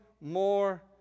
more